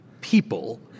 People